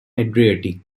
adriatic